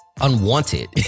unwanted